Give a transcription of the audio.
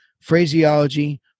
phraseology